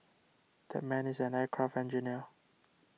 that man is an aircraft engineer